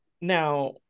Now